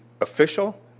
official